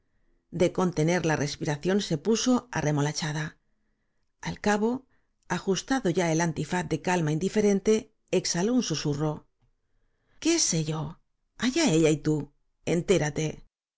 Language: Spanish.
de contener la respiración se puso árremolachada al cabo ajustada ya el antifaz de calma indiferente exhaló un susurro qué sé y o allá ella y tú entérate